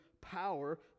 power